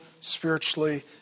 spiritually